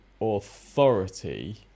authority